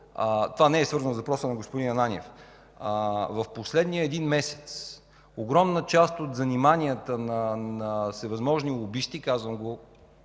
Това не е свързано с въпроса на господин Ананиев. В последния един месец огромна част от заниманията на всевъзможни лобисти – казвам го